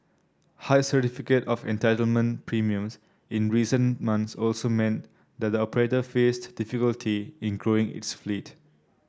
high certificate of entitlement premiums in recent months also meant that the operator faced difficulty in growing its fleet